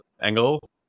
angle